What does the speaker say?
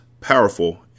powerful